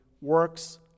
works